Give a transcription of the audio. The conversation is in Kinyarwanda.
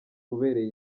ubereye